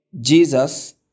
Jesus